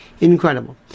Incredible